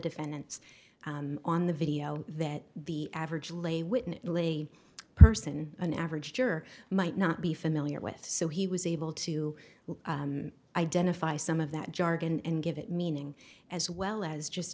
defendants on the video that the average lay witness a person an average juror might not be familiar with so he was able to identify some of that jargon and give it meaning as well as just